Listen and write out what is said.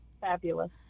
fabulous